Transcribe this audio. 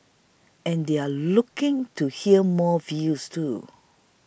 and they're looking to hear more views too